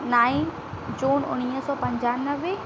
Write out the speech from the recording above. नाई जून उणिवीह सौ पंजानवे